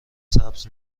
سبز